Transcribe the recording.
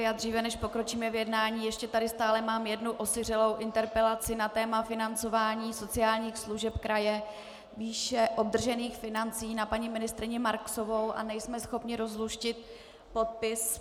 A dříve než pokročíme v jednání, ještě tady stále mám jednu osiřelou interpelaci na téma financování sociálních služeb kraje výše obdržených financí na paní ministryni Marksovou a nejsme schopni rozluštit podpis.